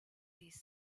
these